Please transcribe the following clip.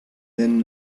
then